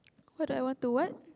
what I want to what